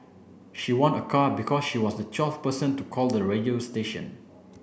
she won a car because she was the twelfth person to call the radio station